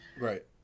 right